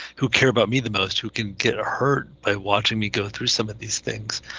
who care about me the most, who can get hurt by watching me go through some of these things.